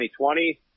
2020